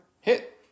Hit